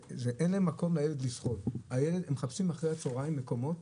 אין מקום לילד, הם מחפשים אחרי הצוהריים מקומות